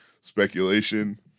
speculation